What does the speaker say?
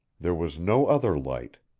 there was no other light,